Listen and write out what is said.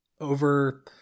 over